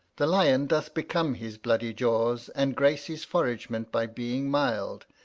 the lyon doth become his bloody jaws, and grace his forragement by being mild,